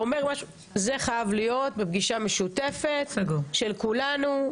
זה חייב להיות בפגישה משותפת של כולנו.